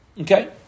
Okay